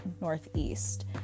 Northeast